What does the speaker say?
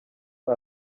uyu